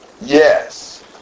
Yes